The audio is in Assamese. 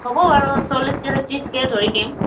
হ'ব বাৰু চল্লিছ কেজিত ত্ৰিছকৈ ধৰি দিম